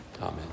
Amen